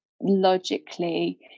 logically